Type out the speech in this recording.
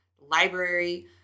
library